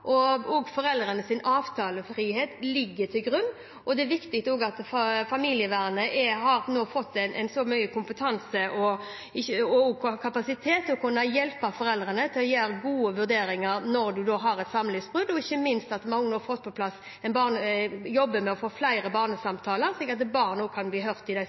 og foreldrenes avtalefrihet ligger til grunn. Det er også viktig at familievernet nå har fått så mye kompetanse og kapasitet til å kunne hjelpe foreldrene til å gjøre gode vurderinger ved et samlivsbrudd. Ikke minst jobber vi nå med å få flere barnesamtaler, slik at barn også kan bli hørt i de